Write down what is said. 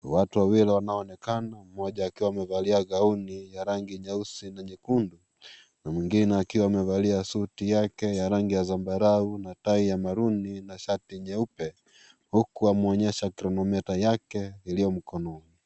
Watu wawili wanaoonekana, mmoja akiwa amevalia gauni ya rangi nyeusi na nyekundu, na mwingine akiwa amevalia suti yake ya rangi ya zambarau na tai ya marooni na shati nyeupe, huku wamuonyesha kronometa yake, iliyo mkononi.